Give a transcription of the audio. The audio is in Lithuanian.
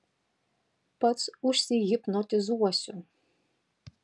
pats užsihipnotizuosiu